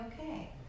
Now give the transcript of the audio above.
okay